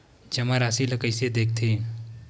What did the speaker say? जमा राशि ला कइसे देखथे?